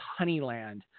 Honeyland